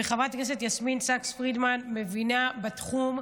חברת הכנסת יסמין סאקס פרידמן מבינה בתחום,